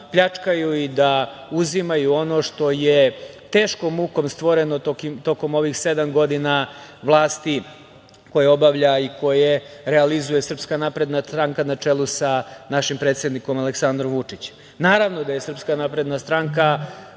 pljačkaju i da uzimaju ono što je teškom mukom stvoreno tokom ovih sedam godina vlasti, koju obavlja i koju realizuje SNS, na čelu sa našim predsednikom Aleksandrom Vučićem. Naravno da je SNS stranka